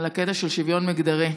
על הקטע של שוויון מגדרי.